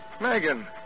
Megan